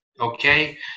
okay